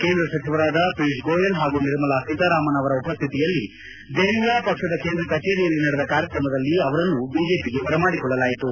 ಕೇಂದ್ರ ಸಚಿವರಾದ ಪಿಯೂಷ್ ಗೋಯಲ್ ಹಾಗೂ ನಿರ್ಮಲಾ ಸೀತಾರಾಮನ್ ಅವರ ಉಪಸ್ವಿತಿಯಲ್ಲಿ ದೆಹಲಿಯ ಪಕ್ಷದ ಕೇಂದ್ರ ಕಚೇರಿಯಲ್ಲಿ ನಡೆದ ಕಾರ್ಯಕ್ರಮದಲ್ಲಿ ಅವರನ್ನು ಬಿಜೆಪಿಗೆ ಬರಮಾಡಿಕೊಳ್ಳಲಾಯಿತು